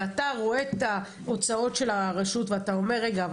ואתה רואה את ההוצאות של הרשות ואתה אומר רגע,